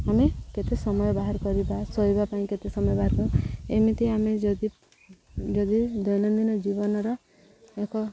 ଆମେ କେତେ ସମୟ ବାହାର କରିବା ଶୋଇିବା ପାଇଁ କେତେ ସମୟ ବାହାର କରିବା ଏମିତି ଆମେ ଯଦି ଯଦି ଦୈନନ୍ଦିନ ଜୀବନର ଏକ